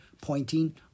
pointing